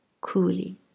coolly